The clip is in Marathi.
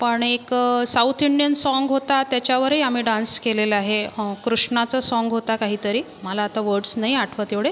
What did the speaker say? पण एक साऊथ इंडियन साँग होतं त्याच्यावरही आम्ही डान्स केलेला आहे कृष्णाचं साँग होतं काहीतरी मला आता वर्ड्स नाही आठवत एवढे